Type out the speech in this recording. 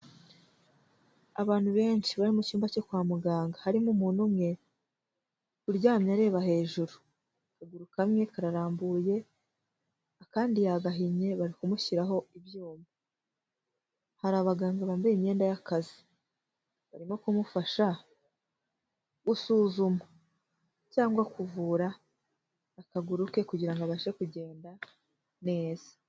Abantu benshi bari mu cyumba cyo kwa muganga, harimo umuntu umwe uryamye areba hejuru akaguru kamwe karambuye akandi yagahinnye, bari kumushyiraho ibyuma hari abaganga bambaye imyenda y'akazi, barimo kumufasha gusuzuma cyangwa kuvura akaguru ke kugira ngo abashe kugenda neza.